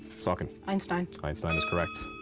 saucon. einstein. einstein is correct.